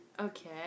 Okay